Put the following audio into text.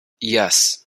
yes